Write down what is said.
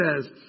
says